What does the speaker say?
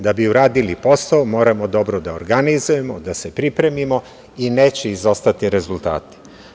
Da bi uradili posao, moramo dobro da organizujemo, da se pripremimo i neće izostati rezultati.